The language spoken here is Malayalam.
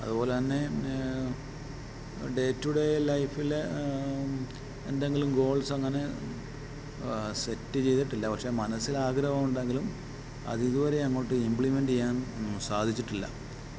അതുപോലെത്തന്നെ ഡേറ്റുഡേ ലൈഫിൽ എന്തെങ്കിലും ഗോൾസ്സ് അങ്ങനെ സെറ്റ് ചെയ്തിട്ടില്ല പക്ഷെ മനസ്സിൽ ആഗ്രഹമുണ്ടങ്കിലും അതിതുവരെ അങ്ങോട്ട് ഇമ്പ്ലിമെൻ്റ് ചെയ്യാൻ സാധിച്ചിട്ടില്ല